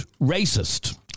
racist